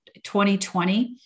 2020